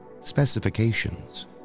specifications